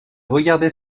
regardait